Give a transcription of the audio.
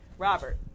Robert